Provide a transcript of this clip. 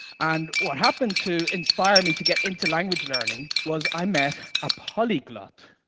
and what happened to inspire me to get into language learning was i met a polyglot.